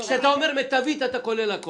כשאתה אומר "מיטבי" אתה כולל את הכול.